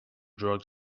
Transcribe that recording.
drug